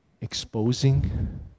exposing